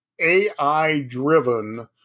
AI-driven